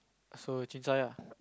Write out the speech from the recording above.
so chincai ah